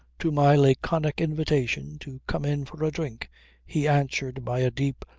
to my laconic invitation to come in for a drink he answered by a deep,